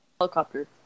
Helicopter